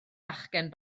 fachgen